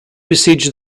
besieged